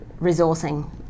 resourcing